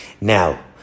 Now